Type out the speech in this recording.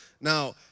now